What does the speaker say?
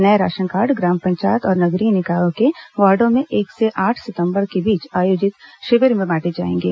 नए ration card ग्राम पंचायत और नगरीय निकायों के वॉर्डो में एक से आठ सितंबर के बीच आयोजित शिविर में बांटे जाएंगे